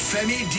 Femi